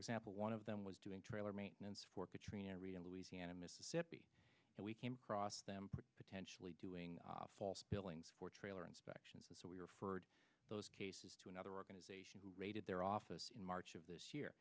example one of them was doing trailer maintenance for katrina relief piano mississippi and we came across them potentially doing false billings for trailer inspections and so we were for those cases to another organization raided their office in march of this year